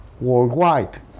worldwide